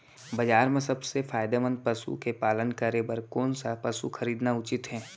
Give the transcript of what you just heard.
बजार म सबसे फायदामंद पसु के पालन करे बर कोन स पसु खरीदना उचित हे?